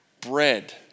bread